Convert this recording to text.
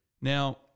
Now